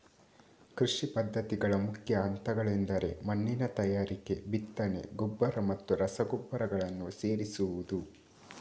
ಕೃಷಿ ಪದ್ಧತಿಗಳ ಮುಖ್ಯ ಹಂತಗಳೆಂದರೆ ಮಣ್ಣಿನ ತಯಾರಿಕೆ, ಬಿತ್ತನೆ, ಗೊಬ್ಬರ ಮತ್ತು ರಸಗೊಬ್ಬರಗಳನ್ನು ಸೇರಿಸುವುದು